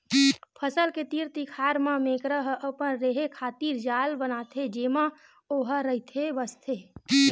फसल के तीर तिखार म मेकरा ह अपन रेहे खातिर जाल बनाथे जेमा ओहा रहिथे बसथे